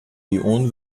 ion